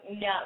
no